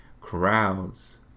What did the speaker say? crowds